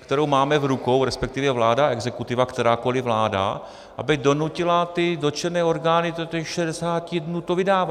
kterou máme v rukou, respektive vláda a exekutiva, kterákoliv vláda, aby donutila dotčené orgány do těch 60 dnů to vydávat.